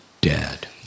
dead